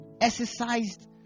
exercised